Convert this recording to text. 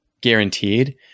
guaranteed